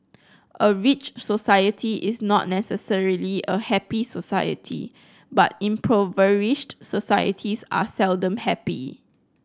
a rich society is not necessarily a happy society but impoverished societies are seldom happy